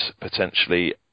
potentially